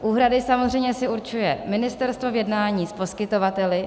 Úhrady samozřejmě si určuje ministerstvo v jednání s poskytovateli.